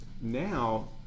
now